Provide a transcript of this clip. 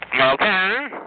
Okay